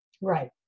Right